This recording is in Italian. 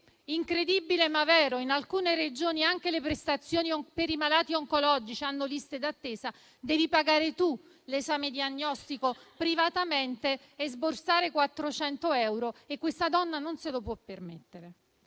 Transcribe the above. incredibile ma vero, in alcune Regioni anche le prestazioni per i malati oncologici hanno liste d'attesa), deve pagare lei l'esame diagnostico privatamente e sborsare 400 euro, ma questa donna non se lo può permettere.